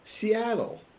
Seattle